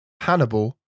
Hannibal